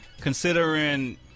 Considering